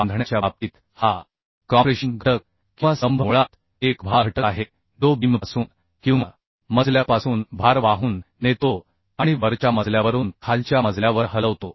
बांधण्याच्या बाबतीत हा कॉम्प्रेशन घटक किंवा स्तंभ मुळात एक उभा घटक आहे जो बीमपासून किंवामजल्यापासून भार वाहून नेतो आणि वरच्या मजल्यावरून खालच्या मजल्यावर हलवतो